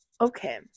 Okay